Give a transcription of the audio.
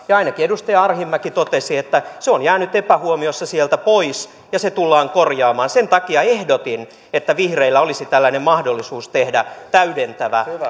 ja ainakin edustaja arhinmäki totesi että se on jäänyt epähuomiossa sieltä pois ja se tullaan korjaamaan sen takia ehdotin että vihreillä olisi tällainen mahdollisuus tehdä täydentävä